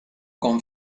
con